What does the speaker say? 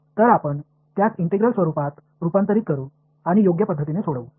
तर आपण त्यास इंटिग्रल स्वरूपात रुपांतरित करू आणि योग्य पध्दतीने सोडवू